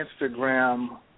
Instagram